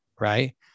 Right